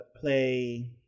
play